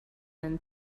than